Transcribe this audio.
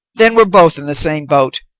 then we're both in the same boat!